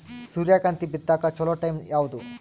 ಸೂರ್ಯಕಾಂತಿ ಬಿತ್ತಕ ಚೋಲೊ ಟೈಂ ಯಾವುದು?